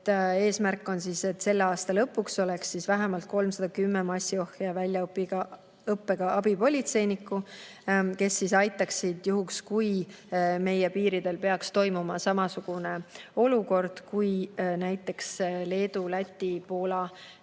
Eesmärk on, et selle aasta lõpuks oleks vähemalt 310 massiohje väljaõppega abipolitseinikku, kes aitaksid juhul, kui meie piiril peaks tekkima samasugune olukord kui näiteks Leedu, Läti ja Poola